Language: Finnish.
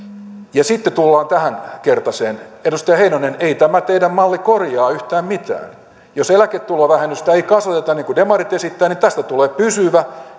ja sitten tullaan tämänkertaiseen edustaja heinonen ei tämä teidän mallinne korjaa yhtään mitään jos eläketulovähennystä ei kasvateta niin kuin demarit esittävät niin tästä tulee pysyvä